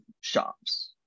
shops